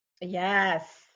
Yes